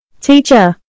teacher